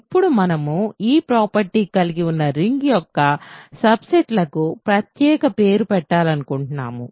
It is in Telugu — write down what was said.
ఇప్పుడు మనము ఈ ప్రాపర్టీ కలిగి ఉన్న రింగ్ యొక్క సబ్ సెట్ లకు ప్రత్యేక పేరు పెట్టాలనుకుంటున్నాము